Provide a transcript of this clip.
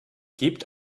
gebt